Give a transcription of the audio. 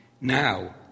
now